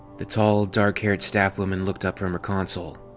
the tall, dark-haired staff woman looked up from her console.